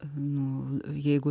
nu jeigu